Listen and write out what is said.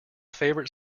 favorite